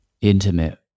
intimate